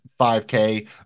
5K